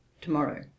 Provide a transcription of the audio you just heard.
tomorrow